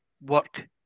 work